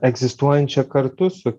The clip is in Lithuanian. egzistuojančią kartu su